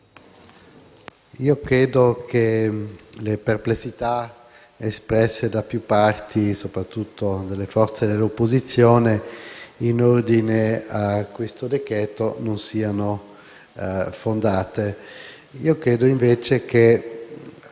credo che le perplessità espresse da più parti, soprattutto dalle forze di opposizione, in ordine a questo decreto-legge non siano fondate. Ritengo invece che